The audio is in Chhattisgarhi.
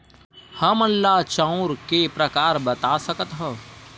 हमन ला चांउर के प्रकार बता सकत हव?